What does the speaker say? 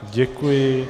Děkuji.